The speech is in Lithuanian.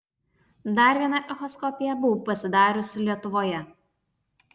dar vieną echoskopiją buvau pasidariusi lietuvoje